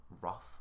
rough